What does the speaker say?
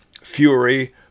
fury